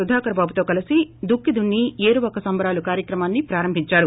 సుధాకర్ బాబుతో కలసి దుక్కి దున్ని ఏరువాక సంబరాలు కార్యక్రమాన్ని ప్రారంభించారు